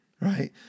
right